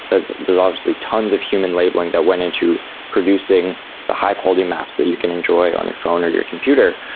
there's there's obviously tons of human labeling that went into producing the high quality maps that you can enjoy on your phone or your computer,